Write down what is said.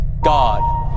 God